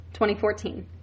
2014